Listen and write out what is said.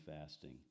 fasting